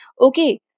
Okay